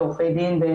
עורכי דין,